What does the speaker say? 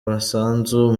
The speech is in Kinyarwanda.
umusanzu